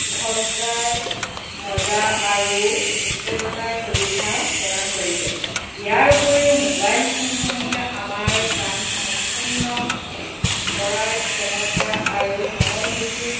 ঘণ্টাৰ মজা আৰু উত্তেজনাৰ সুবিধা প্ৰদান কৰিছে ইয়াৰ উপৰিও মোবাইল ফোনসমূহে আমাৰ কাম সম্পূৰ্ণ কৰাৰ ক্ষমতা আৰু সময়সূচী